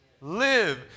live